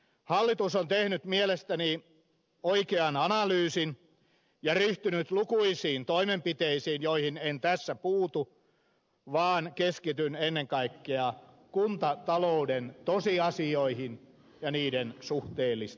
hallitus on tehnyt mielestäni oikean analyysin ja ryhtynyt lukuisiin toimenpiteisiin joihin en tässä puutu vaan keskityn ennen kaikkea kuntatalouden tosiasioihin ja niiden suhteellistamiseen